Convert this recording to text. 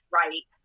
right